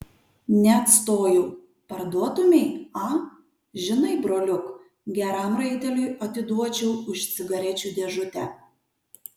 neatstojau parduotumei a žinai broliuk geram raiteliui atiduočiau už cigarečių dėžutę